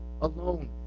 alone